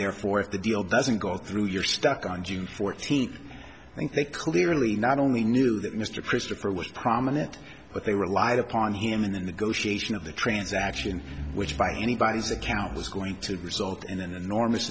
therefore if the deal doesn't go through your stock on june fourteenth i think they clearly not only knew that mr christopher was prominent but they relied upon him and then the goetia of the transaction which by anybody's account was going to result in an enormous